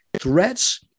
threats